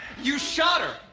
you shot her.